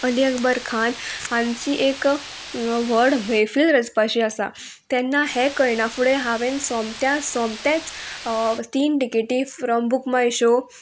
अली अकबर खान हांची एक व्हड मैफील रचपाची आसा तेन्ना हे कयणा फुडें हांवेंन सोमत्या सोमतेच तीन टिकेटी फ्रोम बुक माय शो